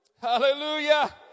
Hallelujah